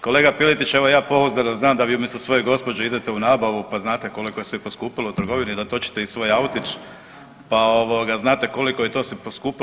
Kolega Piletić, evo ja pouzdano znam da vi umjesto svoje gospođe idete u nabavu, pa znate koliko je sve poskupilo u trgovini, da točite i svoj autić, pa ovoga znate koliko je to sve poskupilo.